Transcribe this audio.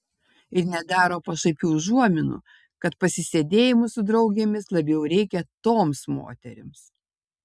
ir nedaro pašaipių užuominų kad pasisėdėjimų su draugėmis labiau reikia toms moterims